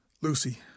Lucy